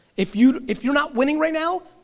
if you're if you're not winning right now,